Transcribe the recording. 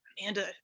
Amanda